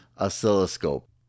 oscilloscope